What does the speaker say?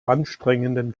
anstrengenden